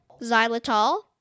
xylitol